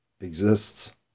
exists